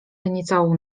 niecałą